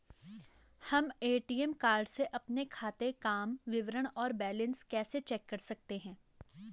हम ATM card से अपने खाते काम विवरण और बैलेंस कैसे चेक कर सकते हैं?